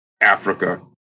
Africa